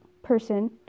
person